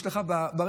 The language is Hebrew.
יש לך ברכב,